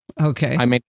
Okay